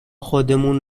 خودمون